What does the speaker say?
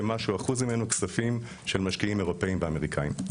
ומשהו כספים של משקיעים אירופאיים ואמריקאים.